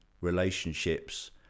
relationships